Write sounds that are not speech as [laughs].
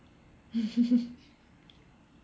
[laughs]